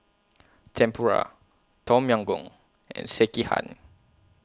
Tempura Tom Yam Goong and Sekihan